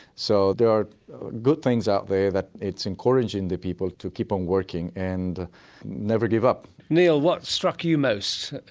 so there are good things out there that are encouraging the people to keep on working and never give up. neil, what struck you most,